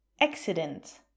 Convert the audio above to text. Accident